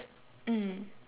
mm